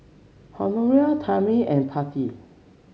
Honora Tammy and Patti